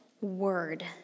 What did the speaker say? word